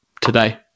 today